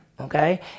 okay